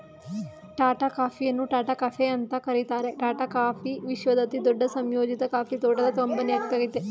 ಟಾಟಾ ಕಾಫಿಯನ್ನು ಟಾಟಾ ಕೆಫೆ ಅಂತ ಕರೀತಾರೆ ಟಾಟಾ ಕಾಫಿ ವಿಶ್ವದ ಅತಿದೊಡ್ಡ ಸಂಯೋಜಿತ ಕಾಫಿ ತೋಟದ ಕಂಪನಿಯಾಗಯ್ತೆ